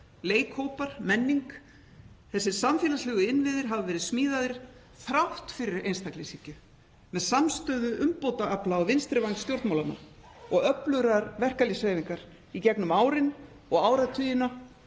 leikhópar, menning. Þessir samfélagslegu innviðir hafa verið smíðaðir þrátt fyrir einstaklingshyggju með samstöðu umbótaafla á vinstri væng stjórnmálanna og öflugrar verkalýðshreyfingar í gegnum árin og áratugina,